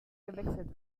gewechselt